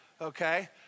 okay